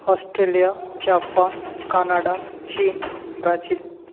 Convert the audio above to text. Australia Japan Canada China Brazil